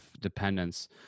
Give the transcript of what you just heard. dependence